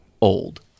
old